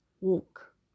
walk